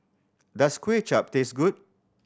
does Kuay Chap taste good